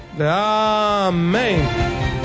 Amen